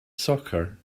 soccer